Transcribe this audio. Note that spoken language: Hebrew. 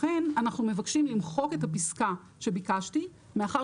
לכן אנחנו מבקשים למחוק את הפסקה שביקשתי מאחר